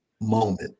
moment